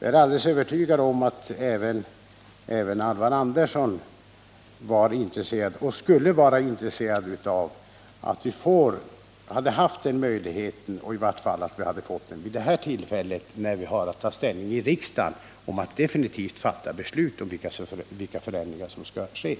Jag är alldeles övertygad om att även Alvar Andersson skulle vara intresserad av att vi hade haft den möjligheten. I varje fall borde vi ha fått den nu när vi i riksdagen skall ta slutgiltig ställning till vilka förändringar som skall ske.